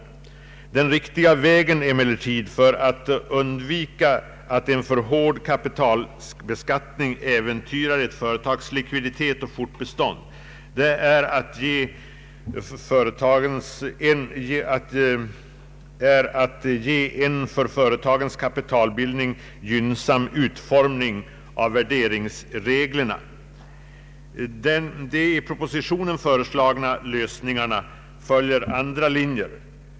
Emellertid är den riktiga vägen att undvika att en för hård kapitalbeskattning äventyrar ett företags likviditet och fortbestånd att göra en för företagens kapitalbildning gynnsam utformning av värderingsreglerna. De i propositionen föreslagna lösningarna följer andra linjer.